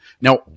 Now